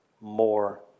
more